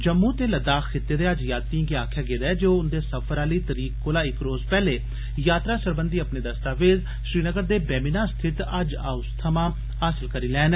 जम्मू ते लद्दाख खित्ते दे हज यात्रिएं गी आक्खेआ गेदा ऐ जे ओह् उन्दे सफर आली तरीक कोला इक रोज पैहले यात्रा सरबंघी अपने दस्तावेज श्रीनगर दे बेमिना स्थित हल हाऊस थमां हासल करी लैन